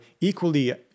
equally